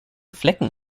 flecken